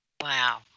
Wow